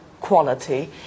quality